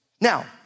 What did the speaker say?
Now